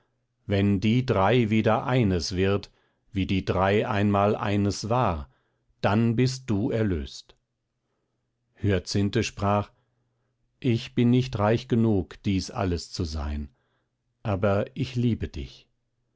wenn die drei wieder eines wird wie die drei einmal eines war dann bist du erlöst hyacinthe sprach ich bin nicht reich genug dies alles zu sein aber ich liebe dich